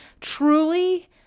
Truly